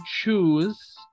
choose